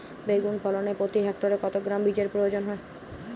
বেগুন ফলনে প্রতি হেক্টরে কত গ্রাম বীজের প্রয়োজন হয়?